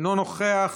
אינו נוכח,